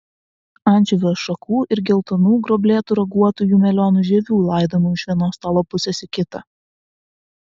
ančiuvių ašakų ir geltonų gruoblėtų raguotųjų melionų žievių laidomų iš vienos stalo pusės į kitą